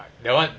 ah that [one]